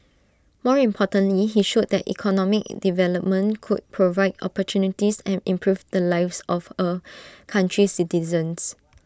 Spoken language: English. more importantly he showed that economic development could provide opportunities and improve the lives of A country's citizens